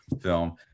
film